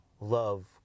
love